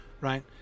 right